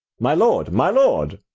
my lord, my lord!